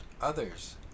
others